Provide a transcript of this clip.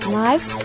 lives